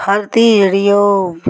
हर धी जेह्ड़ी ऐ ओह्